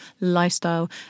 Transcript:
lifestyle